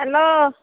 hello